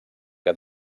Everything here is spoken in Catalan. que